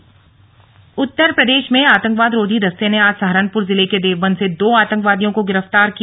slug दो गिरफ्तार उत्तर प्रदेश में आतंकवाद रोधी दस्ते ने आज सहारनपुर जिले के देवबंद से दो आतंकवादियों को गिरफ्तार किया